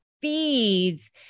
feeds